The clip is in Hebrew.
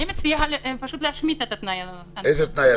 אני מציעה פשוט להשמיט את התנאי ה --- איזה תנאי?